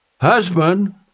husband